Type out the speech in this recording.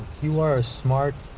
you are a smart,